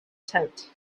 tent